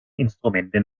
instrumente